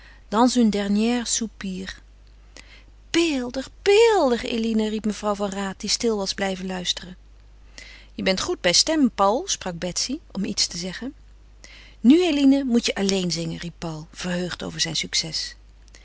iii beeldig beeldig eline riep mevrouw van raat die stil was blijven luisteren je bent goed bij stem paul sprak betsy om iets te zeggen nu eline moet je alleen zingen riep paul verheugd over zijn succes